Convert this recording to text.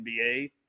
NBA